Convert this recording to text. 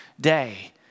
day